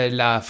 la